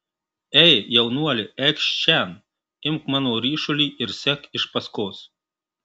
ei jaunuoli eikš šen imk mano ryšulį ir sek iš paskos